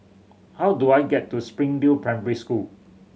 how do I get to Springdale Primary School